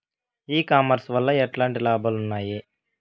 ఈ కామర్స్ వల్ల ఎట్లాంటి లాభాలు ఉన్నాయి?